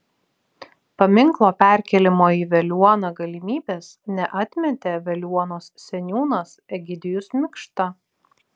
paminklo perkėlimo į veliuoną galimybės neatmetė veliuonos seniūnas egidijus mikšta